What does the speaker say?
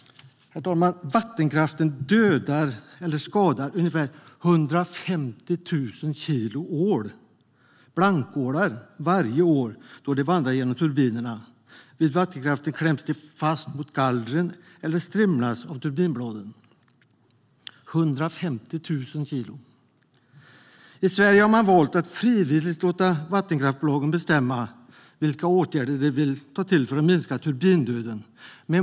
Herr talman! Vattenkraften dödar eller skadar ungefär 150 000 kilo blankål varje år då de vandrar genom turbinerna. Vid vattenkraftverken kläms de fast mot gallren eller strimlas av turbinbladen - 150 000 kilo. I Sverige har man valt att frivilligt låta vattenkraftbolagen bestämma vilka åtgärder de vill vidta för att minska turbindöden.